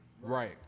right